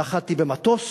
נָחַתִּי במטוס,